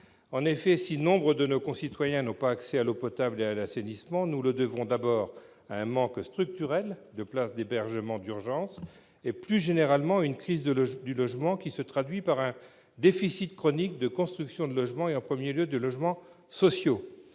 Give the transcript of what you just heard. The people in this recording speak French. En effet, si nombre de nos concitoyens n'ont pas accès à l'eau potable et à l'assainissement, nous le devons d'abord à un manque structurel de places d'hébergement d'urgence et, plus généralement, à une crise du logement, qui se traduit par un déficit chronique de constructions de logements, en premier lieu de logements sociaux.